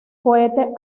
cohete